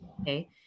Okay